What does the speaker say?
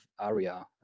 area